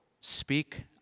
Speak